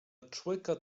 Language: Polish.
człeka